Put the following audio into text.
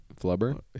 Flubber